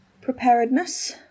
preparedness